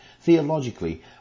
Theologically